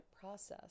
process